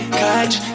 catch